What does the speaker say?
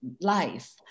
life